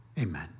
Amen